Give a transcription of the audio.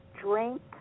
Drink